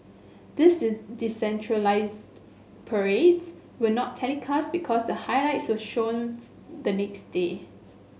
this is decentralised parades were not telecast because the highlights were shown the next day